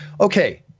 Okay